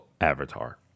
Avatar